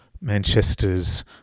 Manchester's